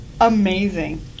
amazing